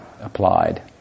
applied